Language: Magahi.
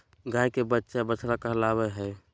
गाय के बच्चा बछड़ा कहलावय हय